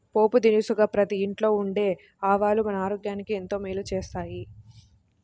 పోపు దినుసుగా ప్రతి ఇంట్లో ఉండే ఆవాలు మన ఆరోగ్యానికి ఎంతో మేలు చేస్తాయి